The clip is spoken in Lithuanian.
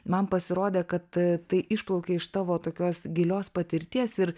man pasirodė kad tai išplaukė iš tavo tokios gilios patirties ir